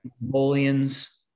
Mongolians